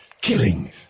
killing